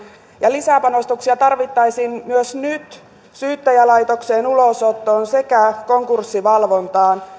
lisäpanostuksia tarvittaisiin myös nyt syyttäjälaitokseen ulosottoon sekä konkurssivalvontaan